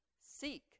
Seek